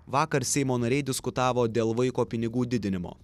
vakar seimo nariai diskutavo dėl vaiko pinigų didinimo